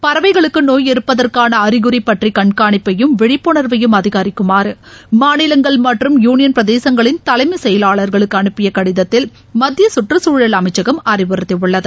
பறவைகளுக்கு நோய் இருப்பதற்கான அறிகுறி பற்றி கண்காணிப்பையும் விழிப்புணா்வையும் அதிகிக்குமாறு மாநிலங்கள் மற்றும் யுனியன் பிரதேசங்களின் தலைமைச் செயலாளா்களுக்கு அனுப்பிய கடிதத்தில் மத்திய கற்றுச்சூழல் அமைச்சகம் அறிவுறுத்தியுள்ளது